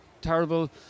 terrible